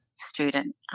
student